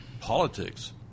politics